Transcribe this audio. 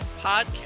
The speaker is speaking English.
Podcast